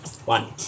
One